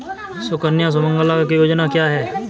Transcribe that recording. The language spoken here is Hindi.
सुकन्या सुमंगला योजना क्या है?